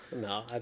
no